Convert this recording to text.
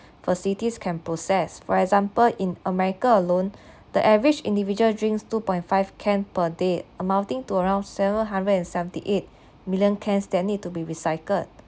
facilities can process for example in america alone the average individual drinks two point five can per day amounting to around seven hundred and seventy eight million cans that need to be recycled